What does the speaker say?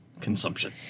Consumption